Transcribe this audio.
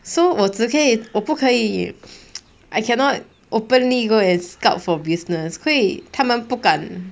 so 我只可以我不可以 I cannot openly go and scout for business 因为他们不敢